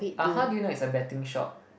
uh how do you know it's a betting shop